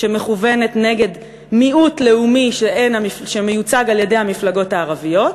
שמכוונת נגד מיעוט לאומי שמיוצג על-ידי המפלגות הערביות.